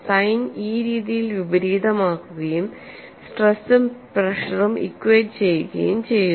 sign ഈ രീതിയിൽ വിപരീതമാക്കുകയും സ്ട്രെസും പ്രഷറും ഇക്വറ്റ് ചെയ്യുകയും ചെയ്യുന്നു